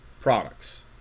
products